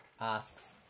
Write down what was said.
asks